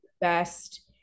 best